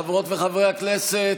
חברות וחברי הכנסת,